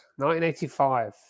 1985